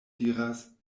diras